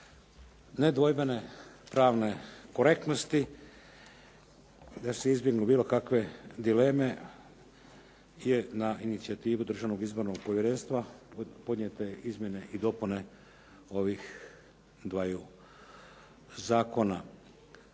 nedvojbene pravne korektnosti da se izbjegnu bilo kakve dileme je na inicijativi Državnog povjerenstva podnijete izmjene i dopune ovih dvaju zakona.